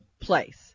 Place